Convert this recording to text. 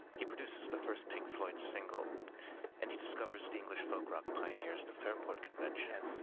he produces the first pink floyd's single and he discovers the english folk-rock pioneers, the fairport convention,